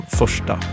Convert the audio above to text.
första